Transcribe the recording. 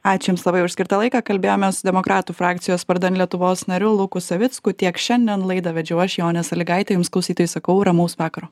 ačiū jums labai už skirtą laiką kalbėjomės su demokratų frakcijos vardan lietuvos nariu luku savicku tiek šiandien laidą vedžiau aš jonė sąlygaitė jums klausytojai sakau ramaus vakaro